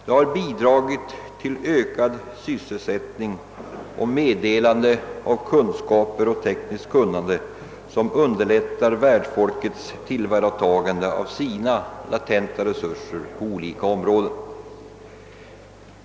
De har bidragit till ökad sysselsättning och meddelande av kunskaper och tekniskt kunnande som underlättar värdlandets tillvaratagande av sina resurser på olika områden.